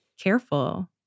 Careful